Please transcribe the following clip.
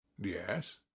Yes